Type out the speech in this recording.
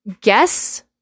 guess